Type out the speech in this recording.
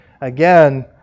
Again